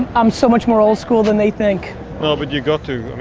i'm so much more old school than they think. no but you got to,